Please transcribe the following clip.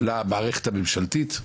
למערכת הממשלתית,